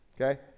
Okay